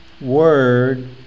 word